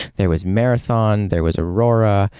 there was marathon, there was aurora,